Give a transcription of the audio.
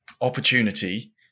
opportunity